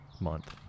Month